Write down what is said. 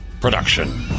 production